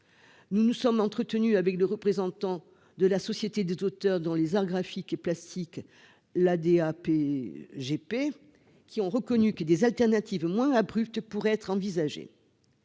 Nous nous sommes entretenus avec les représentants de la Société des auteurs dans les arts graphiques et plastiques (ADAGP), qui ont reconnu que des solutions moins abruptes pourraient être envisagées.